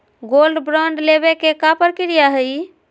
Gold bond लेवे के का प्रक्रिया हई?